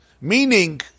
Meaning